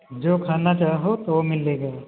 जो खाना चाहो सो मिलेगा